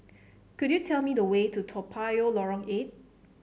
could you tell me the way to Toa Payoh Lorong Eight